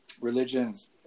religions